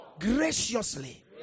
Graciously